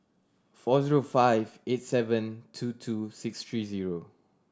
four zero five eight seven two two six three zero